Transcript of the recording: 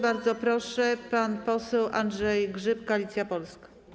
Bardzo proszę, pan poseł Andrzej Grzyb, Koalicja Polska.